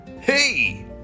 Hey